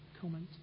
comment